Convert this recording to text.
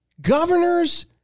governors